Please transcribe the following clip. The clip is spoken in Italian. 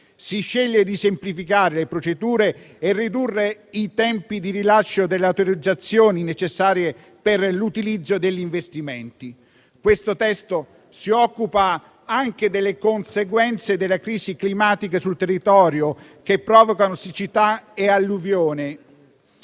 si sceglie di semplificare le procedure e ridurre i tempi di rilascio delle autorizzazioni necessarie per l'utilizzo degli investimenti. Questo testo si occupa anche delle conseguenze della crisi climatica sul territorio, che provocano siccità e alluvione.